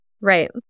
Right